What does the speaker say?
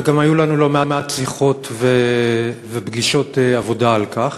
וגם היו לנו לא מעט שיחות ופגישות עבודה על כך.